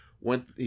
went